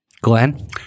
Glenn